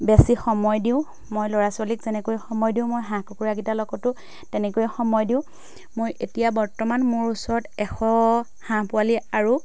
বেছি সময় দিওঁ মই ল'ৰা ছোৱালীক যেনেকৈ সময় দিওঁ মই হাঁহ কুকুৰাকেইটাৰ লগতো তেনেকৈয়ে সময় দিওঁ মোৰ এতিয়া বৰ্তমান মোৰ ওচৰত এশ হাঁহ পোৱালি আৰু